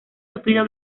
sufrido